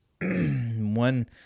one